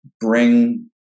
bring